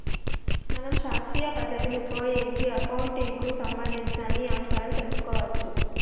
మనం శాస్త్రీయ పద్ధతిని ఉపయోగించి అకౌంటింగ్ కు సంబంధించిన అన్ని అంశాలను తెలుసుకోవచ్చు